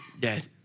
dead